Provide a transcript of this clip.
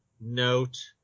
note